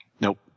Nope